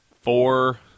four